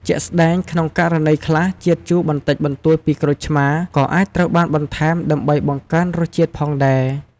ជាក់ស្ដែង ក្នុងករណីខ្លះ ជាតិជូរបន្តិចបន្តួចពីក្រូចឆ្មារ ក៏អាចត្រូវបានបន្ថែមដើម្បីបង្កើនរសជាតិផងដែរ។